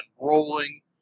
rolling